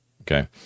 Okay